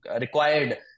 required